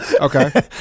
okay